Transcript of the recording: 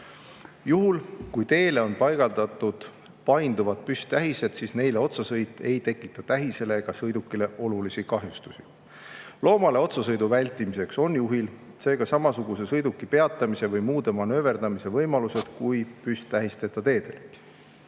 Juhul, kui teele on paigaldatud painduvad püsttähised, siis neile otsasõit ei tekita tähisele ega sõidukile olulisi kahjustusi. Loomale otsasõidu vältimiseks on juhil seega samasugused sõiduki peatamise või manööverdamise võimalused kui püsttähisteta teel.